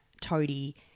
Toadie